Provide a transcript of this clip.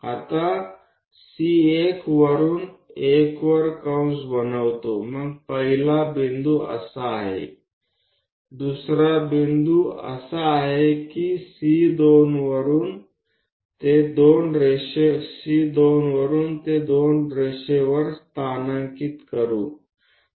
आता C1 वरून 1 वर कंस बनवतो मग पहिला बिंदू असा आहे दुसरा बिंदू असा आहे की C2 वरुन ते 2 रेषेवर स्थानांकित करू